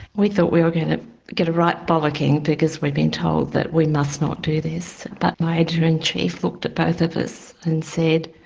we thought we were going to get a right bullocking, because we'd been told that we must not do this, but my editor-in-chief looked at both of us and said,